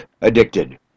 addicted